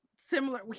similar